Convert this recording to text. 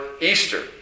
Easter